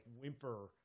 whimper